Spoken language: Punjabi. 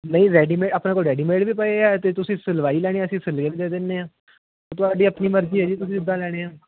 ਨਹੀਂ ਰੈਡੀਮੇਟ ਆਪਣੇ ਕੋਲ ਰੈਡੀਮੇਟ ਵੀ ਪਏ ਹੈ ਅਤੇ ਤੁਸੀਂ ਸਿਲਵਾਈ ਲੈਣੀ ਹੈ ਤਾਂ ਆਪਾਂ ਸਿਲੇ ਹੋਏ ਦੇ ਦਿੰਦੇ ਹਾਂ ਉਹ ਤੁਹਾਡੀ ਆਪਣੀ ਮਰਜ਼ੀ ਹੈ ਜੀ ਤੁਸੀਂ ਉੱਦਾਂ ਲੈਣੇ ਆ